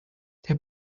der